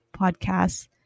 podcasts